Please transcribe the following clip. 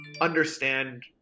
understand